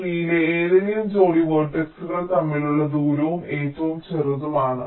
ട്രീലെ ഏതെങ്കിലും ജോഡി വേർട്ടക്സുകൾ തമ്മിലുള്ള ദൂരം ഏറ്റവും ചെറുതാണ്